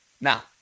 Now